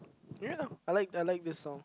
ya I like I like this song